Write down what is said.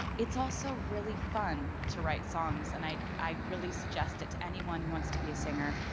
it's also really fun to write songs and i i really suggest it to anyone who wants to be a singer.